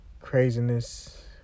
craziness